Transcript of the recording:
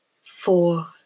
four